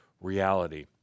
reality